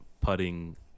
putting